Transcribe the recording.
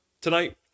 tonight